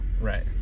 Right